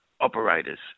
operators